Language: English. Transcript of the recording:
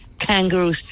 kangaroo